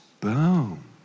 boom